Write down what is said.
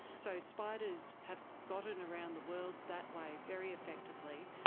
so spiders have gotten around the world that way very effectively.